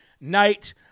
night